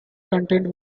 contained